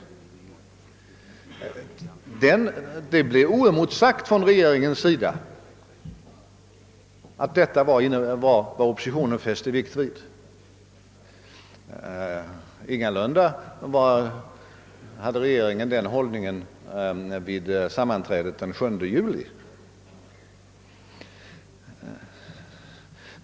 Det blev i utrikesnämnden oemotsagt från regeringens sida. Det var detta som oppositionen fäste synnerligen stor vikt vid. Men regeringen intog ingalunda den hållningen vid sammanträdet den 7 juli.